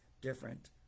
different